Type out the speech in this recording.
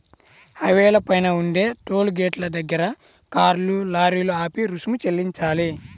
హైవేల పైన ఉండే టోలు గేటుల దగ్గర కార్లు, లారీలు ఆపి రుసుము చెల్లించాలి